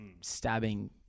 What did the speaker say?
stabbing